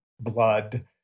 blood